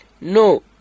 No